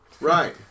Right